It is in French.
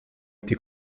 été